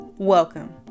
Welcome